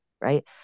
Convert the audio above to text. right